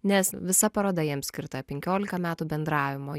nes visa paroda jiem skirta penkiolika metų bendravimo